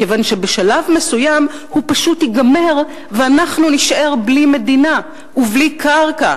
כיוון שבשלב מסוים הוא פשוט ייגמר ואנחנו נישאר בלי מדינה ובלי קרקע.